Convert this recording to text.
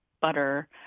butter